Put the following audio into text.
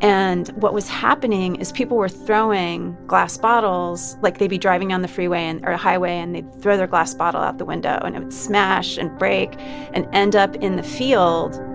and what was happening is people were throwing glass bottles like, they'd be driving on the freeway and or a highway, and they'd throw their glass bottle out the window, and it would smash and break and end up in the field.